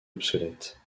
obsolète